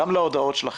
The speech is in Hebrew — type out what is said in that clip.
גם להודעות שלכם.